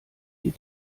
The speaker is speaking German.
die